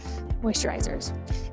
moisturizers